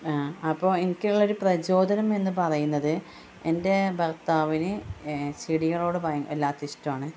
അപ്പോള് എനിക്കുള്ളൊരു പ്രചോദനം എന്ന് പറയുന്നത് എൻ്റെ ഭർത്താവിന് ചെടികളോട് വല്ലാത്ത ഇഷ്ടമാണ്